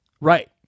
Right